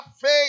faith